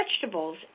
vegetables